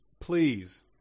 Please